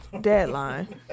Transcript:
deadline